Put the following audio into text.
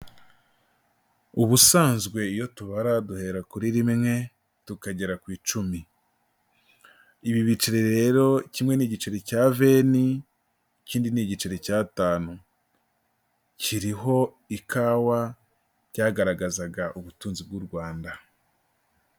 Ubusanzwe iyo tubara duhera kuri rimwe, tukagera kuri rimwe. Ibi biceri rero kimwe ni igiceri cya venti, ikindi ni igice cy'atanu. Kiriho ikawa ryagaragazaga ubutunzi bw'u Rwanda.